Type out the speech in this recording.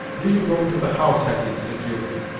do you go into the house, hetty, said judith,